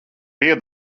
pie